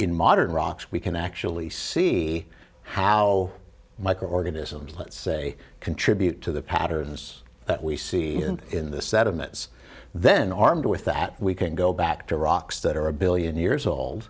in modern rocks we can actually see how microorganisms let's say contribute to the patterns that we see in the sediments then armed with that we can go back to rocks that are a billion years old